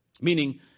Meaning